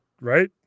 Right